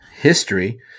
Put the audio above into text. History